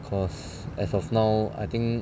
because as of now I think